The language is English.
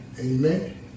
Amen